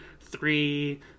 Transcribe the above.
three